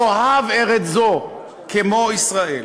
נאהב ארץ זו, כמו ישראל.